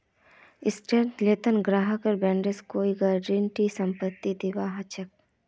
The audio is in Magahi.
सेक्योर्ड लोनत ग्राहकक बैंकेर कोई गारंटी या संपत्ति दीबा ह छेक